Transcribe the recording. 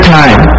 time